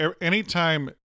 anytime